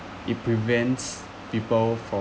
it prevents people from